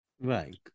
Right